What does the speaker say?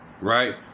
right